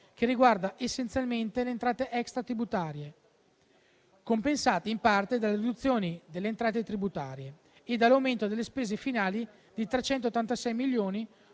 che riguarda essenzialmente le entrate extratributarie compensate in parte dalla riduzione delle entrate tributarie, e dall'aumento delle spese finali di 386 milioni,